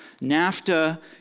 NAFTA